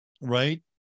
right